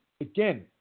Again